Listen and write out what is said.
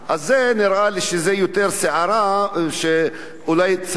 אז זה נראה לי שזה יותר סערה ואולי צריך